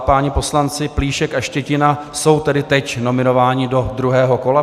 Páni poslanci Plíšek a Štětina jsou tedy teď nominováni do druhého kola.